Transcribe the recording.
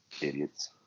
Idiots